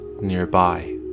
nearby